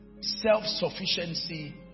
self-sufficiency